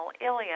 ilium